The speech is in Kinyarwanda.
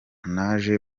naje